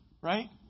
right